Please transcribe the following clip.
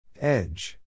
Edge